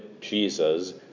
Jesus